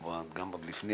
גם עוד לפני